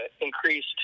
increased